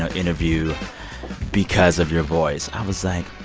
ah interview because of your voice, i was like,